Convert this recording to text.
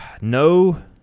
No